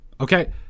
Okay